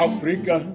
Africa